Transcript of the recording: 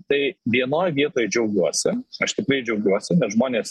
tai vienoj vietoj džiaugiuosi aš tikrai džiaugiuosi nes žmonės